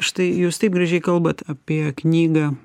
štai jūs taip gražiai kalbat apie knygą